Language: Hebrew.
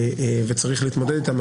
וצריך להתמודד איתם.